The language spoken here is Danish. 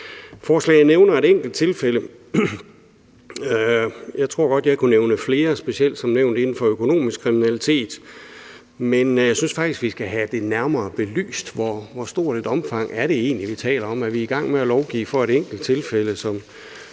Forslaget nævner et enkelt tilfælde. Jeg tror godt, jeg kunne nævne flere, specielt – som nævnt – inden for økonomisk kriminalitet, men jeg synes faktisk, at vi skal have det nærmere belyst, hvor stort et omfang det egentlig er, vi taler om. Er vi i gang med at lovgive for et enkelt tilfælde,